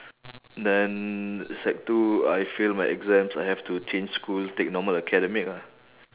then sec two I fail my exams I have to change school take normal academic ah